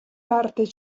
parte